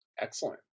Excellent